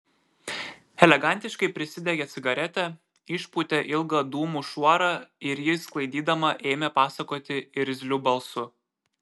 elegantiškai prisidegė cigaretę išpūtė ilgą dūmų šuorą ir jį sklaidydama ėmė pasakoti irzliu balsu